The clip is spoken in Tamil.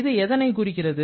இது எதனைக் குறிக்கிறது